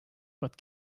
but